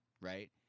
right